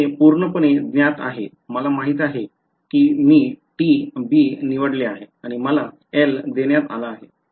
हे पूर्णपणे ज्ञात आहे मला माहित आहे की मी t b निवडले आहे आणि मला L देण्यात आला आहे